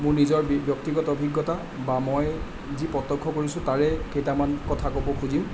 মোৰ নিজৰ ব্য ব্যক্তিগত অভিজ্ঞতা মই যি প্ৰত্যক্ষ কৰিছোঁ তাৰে কেইটামান কথা ক'ব খুজিম